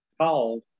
called